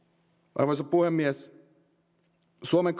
arvoisa puhemies suomen